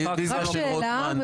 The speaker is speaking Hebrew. יש לי שאלה.